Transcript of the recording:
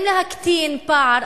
אם להקטין פער,